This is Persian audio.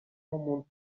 موند